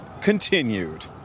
continued